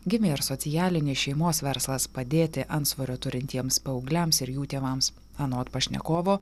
gimė ir socialinis šeimos verslas padėti antsvorio turintiems paaugliams ir jų tėvams anot pašnekovo